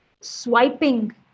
swiping